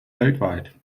weltweit